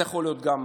זה קורה